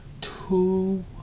Two